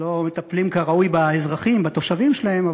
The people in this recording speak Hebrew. לא מטפלים כראוי באזרחים, בתושבים שלהם?